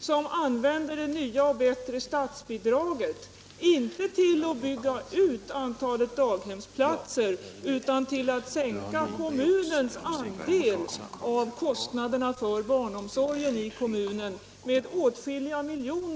som använder det förbättrade statsbidraget inte till att bygga ut antalet daghemsplatser utan till att sänka kommunens andel av kostnaderna för barnomsorgen i kommunen med åtskilliga miljoner.